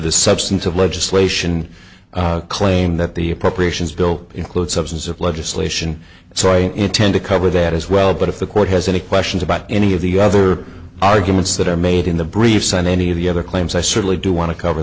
the substantive legislation claim that the appropriations bill includes absence of legislation so i intend to cover that as well but if the court has any questions about any of the other arguments that are made in the briefs on any of the other claims i certainly do want to cover